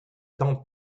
temps